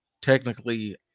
technically